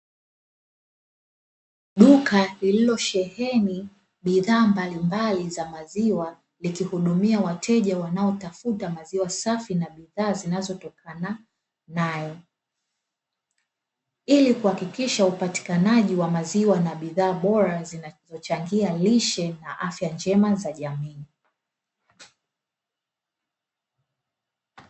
Duka lililosheheni bidhaa mbalimbali za maziwa, likihudumia wateja wanaotafuta maziwa safi na bidhaa zinazotokana nayo; ili kuhakikisha upatikanaji wa maziwa na bidhaa bora, zinazochangia lishe na afya njema za jamii.